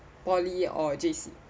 poly or J_C